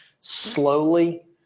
slowly